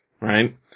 right